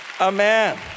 Amen